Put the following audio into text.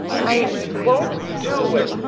i won't do it,